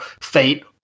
fate